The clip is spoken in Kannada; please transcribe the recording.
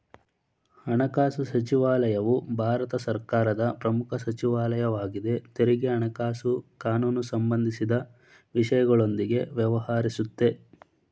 ಹಣಕಾಸುಸಚಿವಾಲಯವು ಭಾರತ ಸರ್ಕಾರದ ಪ್ರಮುಖ ಸಚಿವಾಲಯ ವಾಗಿದೆ ತೆರಿಗೆ ಹಣಕಾಸು ಕಾನೂನುಸಂಬಂಧಿಸಿದ ವಿಷಯಗಳೊಂದಿಗೆ ವ್ಯವಹರಿಸುತ್ತೆ